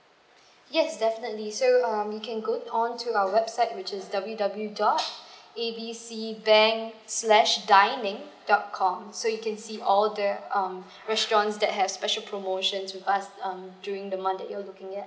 yes definitely so um you can good on to our website which is W W dot A B C bank slash dining dot com so you can see all the um restaurants that have special promotions with us um during the month that you are looking at